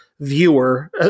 viewer